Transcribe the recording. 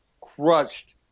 crushed